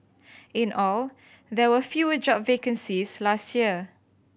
in all there were fewer job vacancies last year